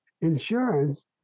insurance